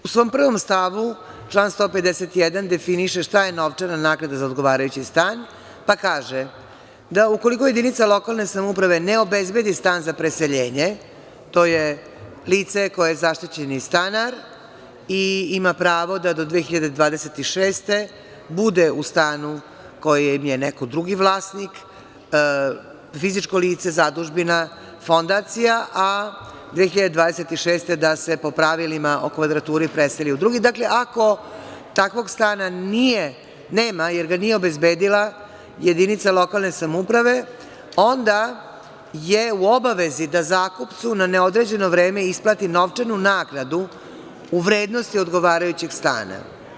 U svom prvom stavu član 151. definiše šta je novčana naknada za odgovarajući stan, pa kaže da ukoliko jedinica lokalne samouprave ne obezbedi stan za preseljenje, to je lice koje je zaštićeni stanar i ima pravo da do 2026. godine bude u stanu kojem je neko drugi vlasnik, fizičko lice, zadužbina, fondacija, a 2026. godine da se po pravilima o kvadraturi preseli u drugi, dakle, ako takvog stana nema jer ga nije obezbedila, jedinica lokalne samouprave, onda je u obavezi da zakupcu na neodređeno vreme isplati novčanu naknadu u vrednosti odgovarajućeg stana.